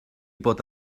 bod